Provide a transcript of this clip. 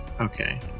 Okay